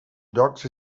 llocs